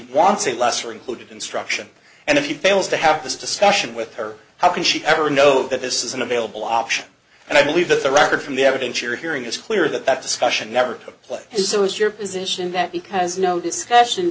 wants a lesser included instruction and if you failed to have this discussion with her how can she ever know that this is an available option and i believe that the record from the evidence you're hearing is clear that that discussion never took place is it was your position that it has no discussion